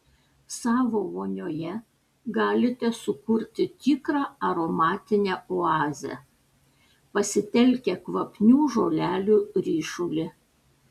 savo vonioje galite sukurti tikrą aromatinę oazę pasitelkę kvapnių žolelių ryšulį